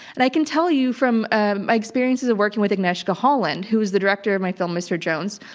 and i can tell you from ah my experiences of working with agnieszka holland, who was the director of my film, mr. jones,